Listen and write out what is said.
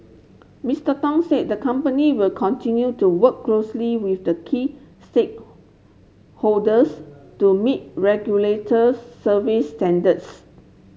Mister Tong said the company will continue to work closely with the key stake holders to meet regulator service standards